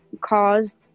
caused